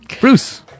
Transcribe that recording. Bruce